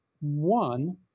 One